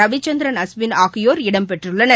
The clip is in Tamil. ரவீச்சந்திரன் அஸ்வின் ஆகியோர் இடம்பெற்றுள்ளனர்